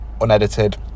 Unedited